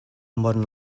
modern